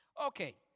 Okay